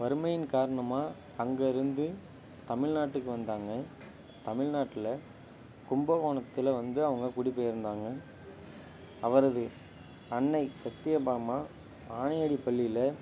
வறுமையின் காரணமாக அங்கேருந்து தமிழ்நாட்டுக்கு வந்தாங்க தமிழ்நாட்டுல கும்பகோணத்தில் வந்து அவங்க குடி பெயர்ந்தாங்க அவரது அன்னை சத்தியபாமா ஆணையடிப் பள்ளியில்